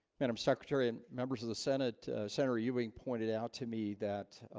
madam secretary and members of the senate senator ewing pointed out to me that